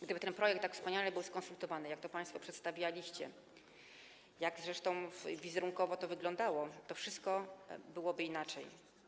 Gdyby ten projekt był tak wspaniale skonsultowany, jak to państwo przedstawialiście, jak zresztą wizerunkowo to wyglądało, to wszystko wyglądałoby inaczej.